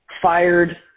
fired